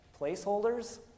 placeholders